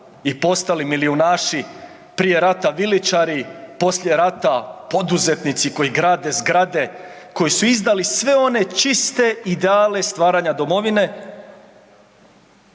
i postali milijunaši prije rata, viličari poslije rata, poduzetnici koji grade zgrade, koji su izdali sve one čiste ideale stvaranja domovine